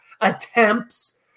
attempts